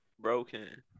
Broken